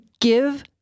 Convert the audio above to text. give